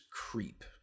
creep